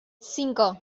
cinco